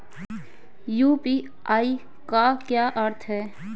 UPI का क्या अर्थ है?